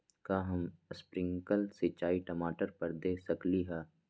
का हम स्प्रिंकल सिंचाई टमाटर पर दे सकली ह?